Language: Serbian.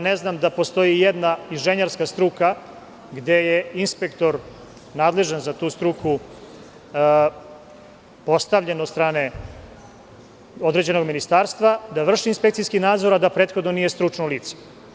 Ne znam da postoji ijedna inženjerska struka gde je inspektor nadležan za tu struku postavljen od strane određenog ministarstva da vrši inspekcijski nadzor a da prethodno nije stručno lice.